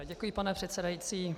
Děkuji, pane předsedající.